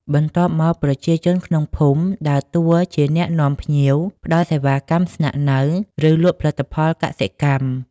បន្ទាប់មកប្រជាជនក្នុងភូមិដើរតួជាអ្នកនាំភ្ញៀវ ផ្តល់សេវាកម្មស្នាក់នៅ ឬលក់ផលិតផលកសិកម្ម។